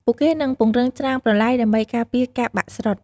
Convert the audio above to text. ពួកគេក៏នឹងពង្រឹងច្រាំងប្រឡាយដើម្បីការពារការបាក់ស្រុត។